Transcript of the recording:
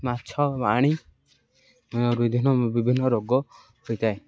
ମାଛ ଆଣି ବିଭିନ୍ନ ରୋଗ ହୋଇଥାଏ